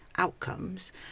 outcomes